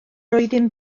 oeddym